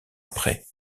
après